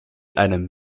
einem